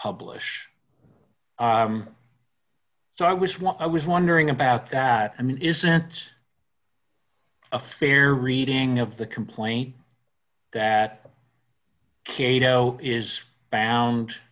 publish so i was what i was wondering about that i mean isn't a fair reading of the complaint that cato is bound